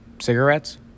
cigarettes